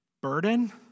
Burden